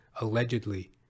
allegedly